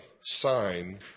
sign